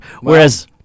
Whereas